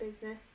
business